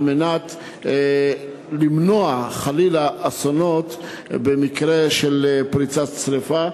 על מנת למנוע חלילה אסונות במקרה של פריצת שרפה.